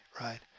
right